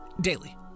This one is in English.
Daily